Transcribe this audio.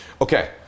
Okay